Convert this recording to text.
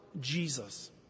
Jesus